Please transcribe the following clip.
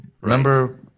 Remember